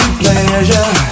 pleasure